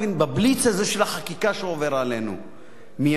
בבליץ הזה של החקיקה שעובר עלינו מימין.